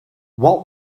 what